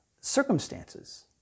circumstances